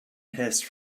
hissed